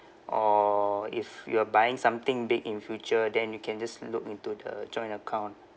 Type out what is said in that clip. or if you are buying something big in future then you can just look into the joint account